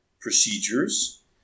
procedures